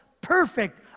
perfect